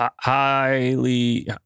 highly